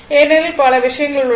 ஏனெனில் பல விஷயங்கள் உள்ளன